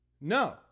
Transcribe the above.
No